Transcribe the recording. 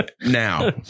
Now